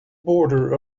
border